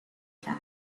کرد